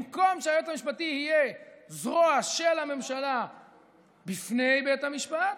במקום שהיועץ המשפטי יהיה זרוע של הממשלה בפני בית המשפט,